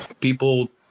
people